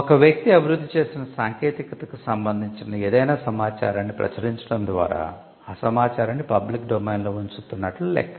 ఒక వ్యక్తి అభివృద్ధి చేసిన సాంకేతికతకు సంబంధించిన ఏదైనా సమాచారాన్ని ప్రచురించడం ద్వారా ఆ సమాచారాన్ని పబ్లిక్ డొమైన్లో ఉంచుతున్నట్లు లెక్క